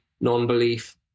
non-belief